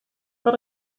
but